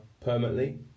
permanently